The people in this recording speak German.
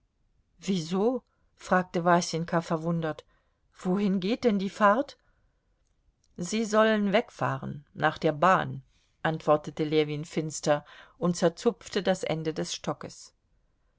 wieso fragte wasenka verwundert wohin geht denn die fahrt sie sollen wegfahren nach der bahn antwortete ljewin finster und zerzupfte das ende des stockes